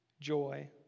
joy